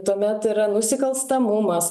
tuomet yra nusikalstamumas